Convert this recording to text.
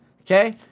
okay